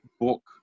book